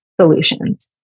solutions